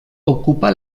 ocupa